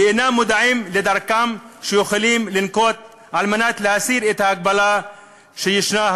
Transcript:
ואינם מודעים לדרכים שהם יכולים לנקוט על מנת להסיר את ההגבלה הדרקונית,